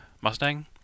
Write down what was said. Mustang